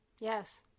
yes